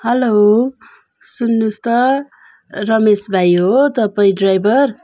hello सुन्नुहोस् त रमेश भाइ हो तपाईँ ड्राइभर